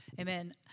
Amen